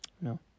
no